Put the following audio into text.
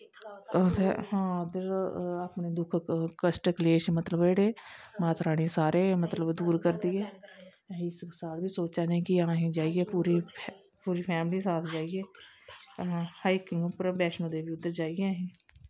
हां उध्दर अपनें दुख कश्ट क्लेश मतलव जेह्ड़े माता रानी मतलव सारे दूर करदी ऐ इस साल बी अस सोचा नें कि सारी पूरी फैमली साथ जाइयै हाईकिंग उप्पर उद्दर जाईयै अस